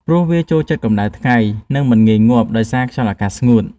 ព្រោះវាចូលចិត្តកម្ដៅថ្ងៃ និងមិនងាយងាប់ដោយសារខ្យល់អាកាសស្ងួត។